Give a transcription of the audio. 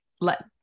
let